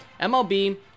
MLB